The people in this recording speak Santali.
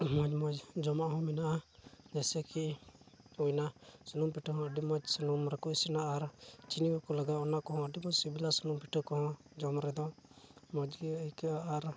ᱢᱚᱡᱽ ᱢᱚᱡᱽ ᱡᱚᱢᱟᱜ ᱦᱚᱸ ᱢᱮᱱᱟᱜᱼᱟ ᱡᱮᱭᱥᱮ ᱠᱤ ᱦᱩᱭᱱᱟ ᱥᱩᱱᱩᱢ ᱯᱤᱴᱷᱟᱹ ᱦᱚᱸ ᱟᱹᱰᱤ ᱢᱚᱡᱽ ᱥᱩᱱᱩᱢ ᱨᱮᱠᱚ ᱤᱥᱤᱱᱟ ᱟᱨ ᱪᱤᱱᱤ ᱠᱚ ᱞᱟᱜᱟᱣᱟ ᱚᱱᱟ ᱠᱚᱦᱚᱸ ᱟᱹᱰᱤ ᱢᱚᱡᱽ ᱥᱤᱵᱤᱞᱟ ᱥᱩᱱᱩᱢ ᱯᱤᱴᱷᱟᱹ ᱠᱚᱦᱚᱸ ᱡᱚᱢ ᱨᱮᱫᱚ ᱢᱚᱡᱽ ᱜᱮ ᱟᱹᱭᱠᱟᱹᱜᱼᱟ ᱟᱨ